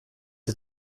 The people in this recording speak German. ihr